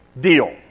deal